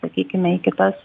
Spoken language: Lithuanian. sakykime į kitas